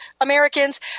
Americans